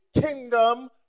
kingdom